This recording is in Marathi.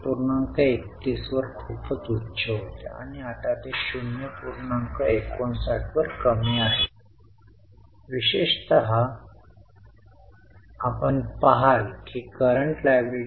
तर बॅलन्स शीट मध्ये फक्त एक आयटम होता परंतु पी आणि एल मध्ये एक आयटम होता तो म्हणजे एफओ वजा प्लस म्हणून चिन्हांकित केलेला अंतरिम लाभांश